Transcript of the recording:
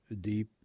deep